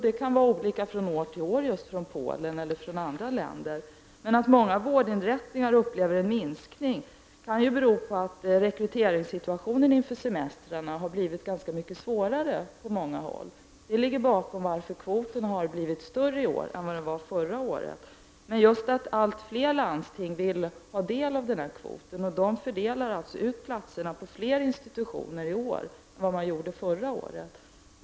Det kan vara fråga om olika antal från år till år ifrån Polen och andra länder. Att många vårdinrättningar upplever en minskning kan bero på att rekryteringssituationen inför semestrarna har blivit svårare på många håll. Det är bakgrunden till att kvoten är större i år än vad den var förra året. Man allt fler landsting vill ha del i kvoten, och landstingen fördelar ut platserna på fler institutioner i år än vad man gjorde förra året.